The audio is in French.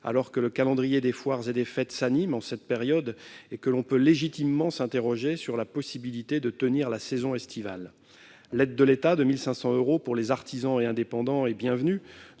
alors que le calendrier des foires et des fêtes s'anime en cette période et que l'on peut légitimement s'interroger sur la possibilité de tenir la saison estivale. L'aide de l'État de 1 500 euros pour les artisans et indépendants est bienvenue.